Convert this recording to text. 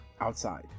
outside